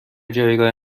جایگاه